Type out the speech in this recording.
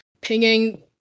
pinging